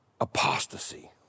apostasy